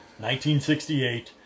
1968